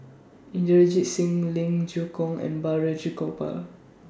Inderjit Singh Ling Geok Choon and Balraj Gopal